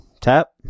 Tap